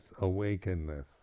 awakenness